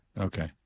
Okay